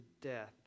death